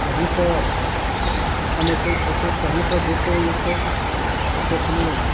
कहीँपर कमेतै खएतै कहीँपर जएतै अएतै कतहु ओ